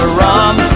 rum